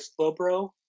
Slowbro